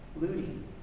Looting